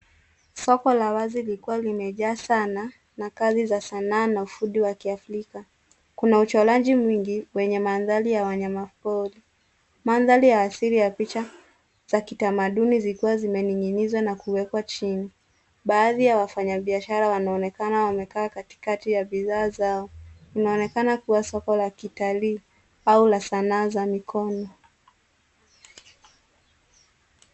Soko la wazi likiwa limejaa sana na kazi za sanaa na ufundi wa Kiafrika. Kuna uchoraji mwingi wenye mandhari ya wanyama pori. Mandhari ya asiri ya picha za kitamaduni zikiwa zimening'inizwa na kuwekwa chini. Baadhi ya wafanyabiashara wanaonekana wamekaa katikati ya bidhaa zao. Inaonekana kuwa soko la kitalii au la sanaa za mikono.